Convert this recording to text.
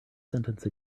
sentence